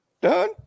done